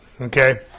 Okay